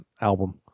album